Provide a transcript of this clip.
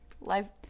Life